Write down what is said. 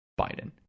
Biden